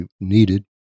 needed